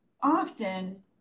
often